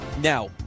Now